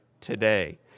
today